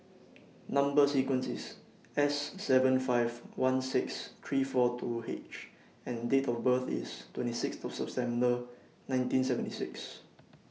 Number sequence IS S seven five one six three four two H and Date of birth IS twenty six to September nineteen seventy six